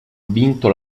vinto